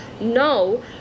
no